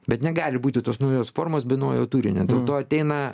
bet negali būti tos naujos formos be naujo turinio dėl to ateina